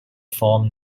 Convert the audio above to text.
form